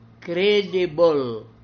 credible